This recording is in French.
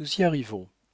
nous y arrivons